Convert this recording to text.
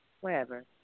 wherever